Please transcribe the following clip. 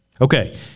Okay